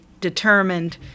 determined